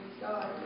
God